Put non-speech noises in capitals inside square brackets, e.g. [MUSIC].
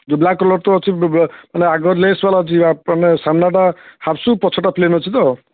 ଯେଉଁ black collar ତ ଅଛି ମାନେ ଆଗ ଲେସ୍ ବାଲା ଅଛି [UNINTELLIGIBLE] ସାମ୍ନାଟା ହାପ୍ ସୁ ପଛଟା ପ୍ଳେନ୍ ଅଛି ତ